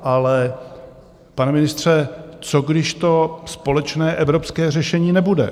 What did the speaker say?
Ale pane ministře, co když to společné evropské řešení nebude?